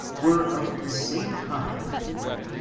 were of the same kind of people.